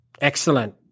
Excellent